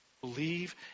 Believe